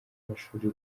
amashuri